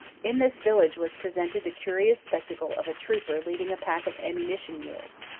in this village was pre sented the curious spectacle of a trooper leading a pack of ammunition mules,